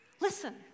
Listen